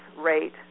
rate